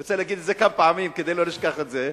אני רוצה להגיד את זה כמה פעמים כדי לא לשכוח את זה.